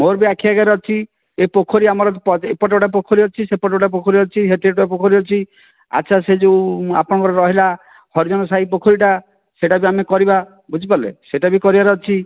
ମୋର ଆଖି ଆଗରେ ଅଛି ଏହି ପୋଖରୀ ଆମର ଏପଟେ ଗୋଟେ ପୋଖରୀ ଅଛି ସେପଟେ ଗୋଟେ ପୋଖରୀ ଅଛି ସେଠି ଗୋଟେ ପୋଖରୀ ଅଛି ଆଚ୍ଛା ସେ ଯେଉଁ ଆପଣଙ୍କର ରହିଲା ହରିଜନ ସାହି ପୋଖରୀଟା ସେଟା ବି ଆମେ କରିବା ବୁଝିପାରିଲେ ସେଟା ବି କରିବାର ଅଛି